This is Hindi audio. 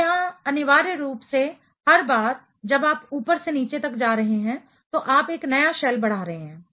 तो यहां अनिवार्य रूप से हर बार जब आप ऊपर से नीचे तक जा रहे हैं तो आप एक नया शेल बढ़ा रहे हैं